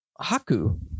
Haku